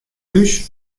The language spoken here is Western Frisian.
thús